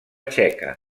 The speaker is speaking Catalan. txeca